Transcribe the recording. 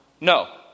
No